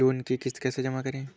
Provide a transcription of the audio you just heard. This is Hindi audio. लोन की किश्त कैसे जमा करें?